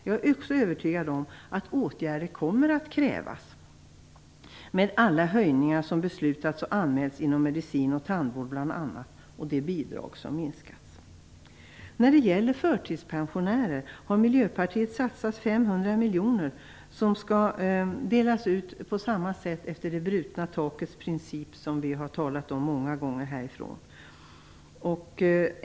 Jag är också övertygad om att åtgärder kommer att krävas, med alla höjningar som beslutats och anmälts inom bl.a. medicin och tandvård och de bidrag som sänkts. När det gäller förtidspensionärer har Miljöpartiet satsat 500 miljoner, som skall delas ut på samma sätt, efter det brutna takets princip, som vi har talat om många gånger här.